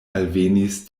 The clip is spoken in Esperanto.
alvenis